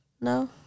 No